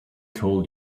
told